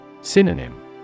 Synonym